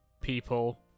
people